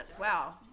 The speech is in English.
Wow